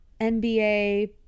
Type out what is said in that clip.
NBA